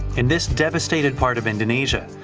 in this devastated part of indonesia.